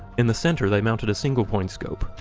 in the center they mounted a single point scope,